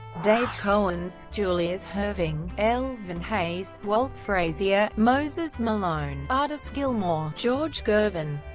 dave cowens, julius erving, elvin hayes, walt frazier, moses malone, artis gilmore, george gervin,